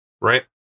Right